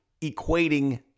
equating